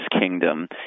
kingdom